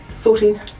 Fourteen